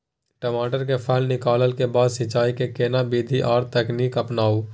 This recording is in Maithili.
टमाटर में फल निकलला के बाद सिंचाई के केना विधी आर तकनीक अपनाऊ?